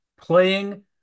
playing